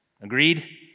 agreed